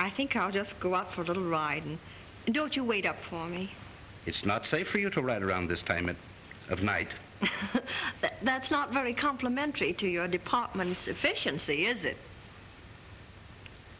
i think i'll just go out for a little ride and don't you wait up for me it's not safe for you to ride around this payment of night that's not very complimentary to your department's efficiency is it